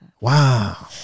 Wow